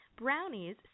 brownies